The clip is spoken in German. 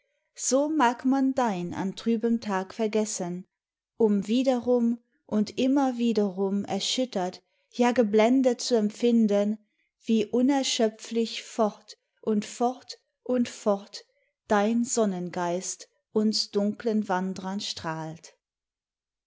so mag man dein an trübem tag vergessen um wiederum und immer wiederum erschüttert ja geblendet zu empfinden wie unerschöpflich fort und fort und fort dein sonnengeist uns dunklen wandrern strahlt